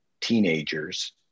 teenagers